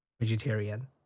vegetarian